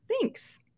Thanks